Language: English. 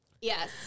yes